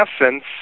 essence